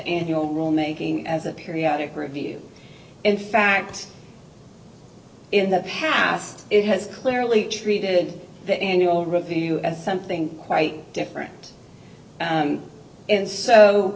your role making as a periodic review in fact in the past it has clearly treated the annual review as something quite different and so